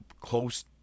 close